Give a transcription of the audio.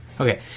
Okay